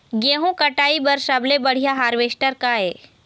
गेहूं कटाई बर सबले बढ़िया हारवेस्टर का ये?